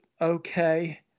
okay